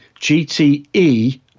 gte